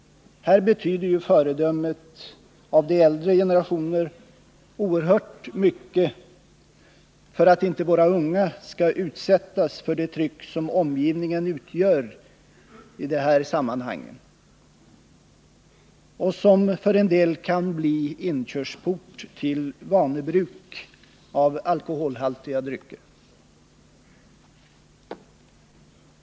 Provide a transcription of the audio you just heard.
Här betyder föredömet från de äldre generationernas sida oerhört mycket för att inte våra unga skall utsättas för det tryck som omgivningen utgör i dessa sammanhang och som för endel kan bli inkörsporten till vanebruk av alkoholhaltiga drycker.